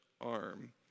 arm